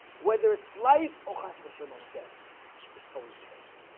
whether it's life or hospice along death it's always the best